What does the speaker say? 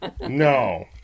No